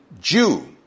Jew